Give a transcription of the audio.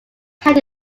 county